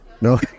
no